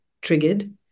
triggered